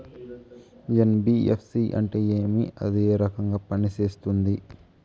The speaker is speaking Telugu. ఎన్.బి.ఎఫ్.సి అంటే ఏమి అది ఏ రకంగా పనిసేస్తుంది